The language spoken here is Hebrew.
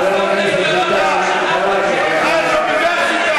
סע לנגב, תירגע.